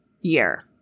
year